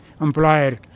employer